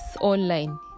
online